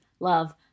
love